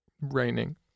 raining